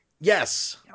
Yes